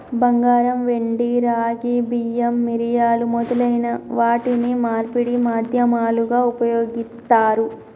బంగారం, వెండి, రాగి, బియ్యం, మిరియాలు మొదలైన వాటిని మార్పిడి మాధ్యమాలుగా ఉపయోగిత్తారు